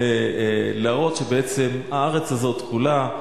להראות שבעצם הארץ הזאת כולה,